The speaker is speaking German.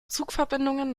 zugverbindungen